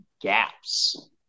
gaps